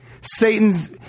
Satan's